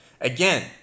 Again